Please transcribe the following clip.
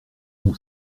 mon